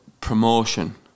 promotion